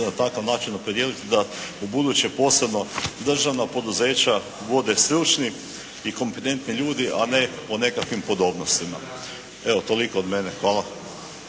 za takav način opredijeliti da ubuduće posebno državna poduzeća vode stručni i kompetentni ljudi a ne po nekakvim podobnostima. Evo toliko od mene. Hvala.